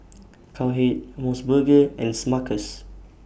Cowhead Mos Burger and Smuckers